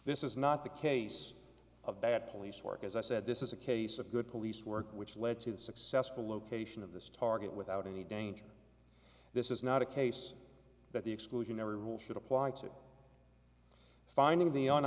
this is not the case of bad police work as i said this is a case of good police work which led to the successful location of this target without any danger this is not a case that the exclusionary rule should apply to finding the on